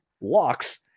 locks